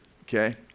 okay